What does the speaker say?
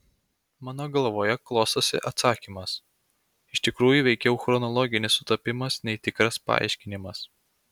mano galvoje klostosi atsakymas iš tikrųjų veikiau chronologinis sutapimas nei tikras paaiškinimas